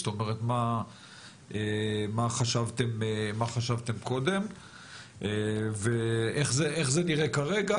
זאת אומרת מה חשבתם קודם ואיך זה נראה כרגע,